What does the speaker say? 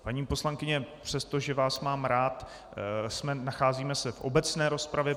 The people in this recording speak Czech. Paní poslankyně, přestože vás mám rád, nacházíme se v obecné rozpravě.